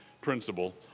principle